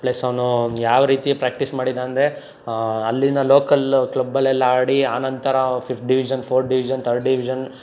plus ಅವನು ಯಾವ ರೀತಿ ಪ್ರ್ಯಾಕ್ಟಿಸ್ ಮಾಡಿದ್ದ ಅಂದರೆ ಅಲ್ಲಿನ ಲೋಕಲ್ ಕ್ಲಬ್ಬಲ್ಲೆಲ್ಲ ಆಡಿ ಆನಂತರ ಅವ fifth division fourth division third division